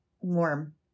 warm